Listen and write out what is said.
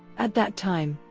at that time,